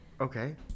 Okay